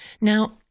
Now